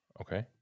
Okay